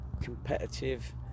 competitive